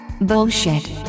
Bullshit